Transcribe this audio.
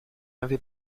avez